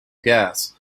gas